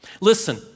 Listen